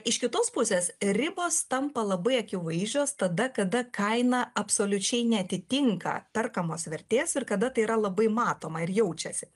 iš kitos pusės ribos tampa labai akivaizdžios tada kada kaina absoliučiai neatitinka perkamos vertės ir kada tai yra labai matoma ir jaučiasi